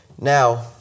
Now